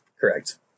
Correct